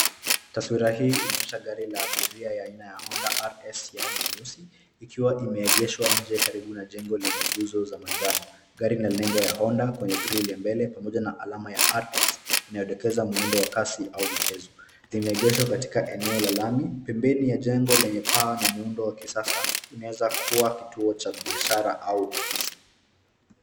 Taswira hii inaonyesha gari la abiria ya aina ya Honda RS ya rangi nyeusi ikiwa imeegeshwa nje karibu na jengo lenye nguzo za manjano. Gari lina nengo ya Honda kwenye grill ya mbele pamoja na alama ya RS inayodokeza muundo wa kasi au mchezo. Imeegeshwa katika eneo la lami